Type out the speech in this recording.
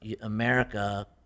America